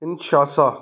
Kinshasa